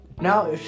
Now